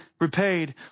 repaid